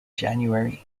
january